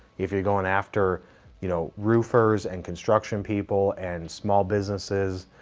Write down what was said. if you're going after you know roofers and construction people and small businesses,